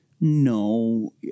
No